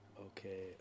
Okay